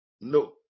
No